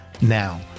Now